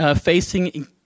facing